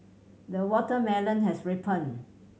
the watermelon has ripened